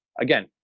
again